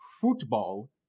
football